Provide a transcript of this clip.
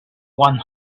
one